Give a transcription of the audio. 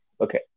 Okay